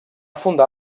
fundar